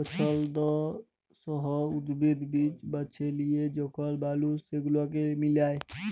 পছল্দসই উদ্ভিদ, বীজ বাছে লিয়ে যখল মালুস সেগুলাকে মিলায়